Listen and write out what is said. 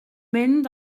mynd